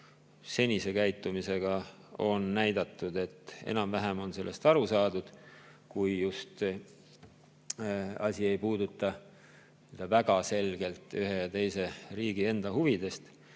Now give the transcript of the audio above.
Senise käitumisega on näidatud, et enam-vähem on sellest aru saadud, kui just asi ei puuduta väga selgelt ühe ja teise riigi enda huvisid.